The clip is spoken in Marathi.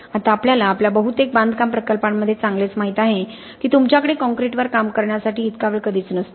आता आम्हाला आमच्या बहुतेक बांधकाम प्रकल्पांमध्ये चांगलेच माहित आहे की तुमच्याकडे काँक्रीटवर काम करण्यासाठी इतका वेळ कधीच नसतो